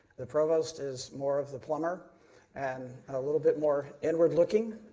the provost is more of the plumber and a little bit more inward looking.